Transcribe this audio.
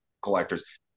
collectors